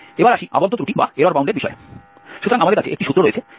এবার আসি আবদ্ধ ত্রুটির বিষয়ে